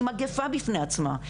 שהיא מגפה בפני עצמה.